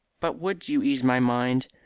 but would you ease my mind,